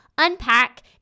Unpack